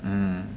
mm